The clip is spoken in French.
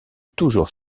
toujours